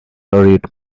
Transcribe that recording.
hurried